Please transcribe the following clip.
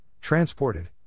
transported